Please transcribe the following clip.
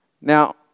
Now